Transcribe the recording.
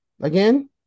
Again